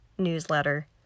newsletter